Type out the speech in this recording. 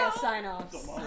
sign-offs